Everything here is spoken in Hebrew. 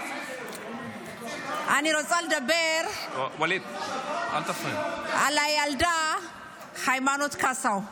אני רוצה לדבר על הילדה היימנוט קסאו.